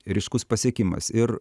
ryškus pasiekimas ir